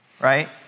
right